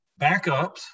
backups